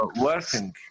working